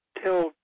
tell